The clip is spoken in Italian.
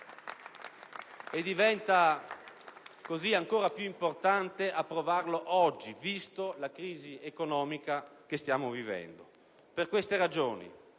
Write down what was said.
E diventa così ancora più importante approvarlo oggi, vista la crisi economica che stiamo vivendo. Per queste ragioni